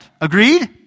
Agreed